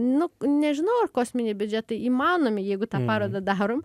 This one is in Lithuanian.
nu nežinau ar kosminiai biudžetai įmanomi jeigu tą parodą darom